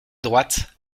droite